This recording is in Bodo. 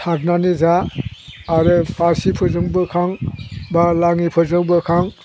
सारनानै जा आरो फासिफोरजों बोखां एबा लाङिफोरजों बोखां